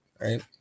right